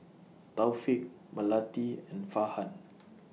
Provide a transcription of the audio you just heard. Taufik Melati and Farhan